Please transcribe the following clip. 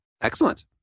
Excellent